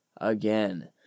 again